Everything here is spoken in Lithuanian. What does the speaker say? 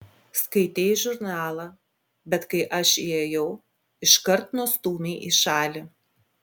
skaitei žurnalą bet kai aš įėjau iškart nustūmei į šalį